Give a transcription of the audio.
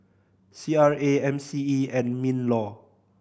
C R A M C E and MinLaw